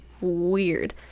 weird